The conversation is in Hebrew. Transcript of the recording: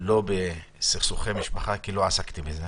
לא בסכסוכי משפחה כי לא עסקתי בזה